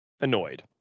annoyed